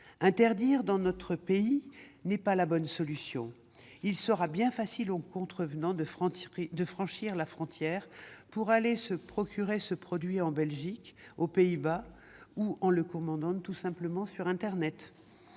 interdire dans notre pays n'est pas la bonne solution. Il sera bien facile aux contrevenants de franchir la frontière pour aller se procurer ce produit en Belgique ou aux Pays-Bas, voire de le commander sur internet.